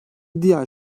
diğer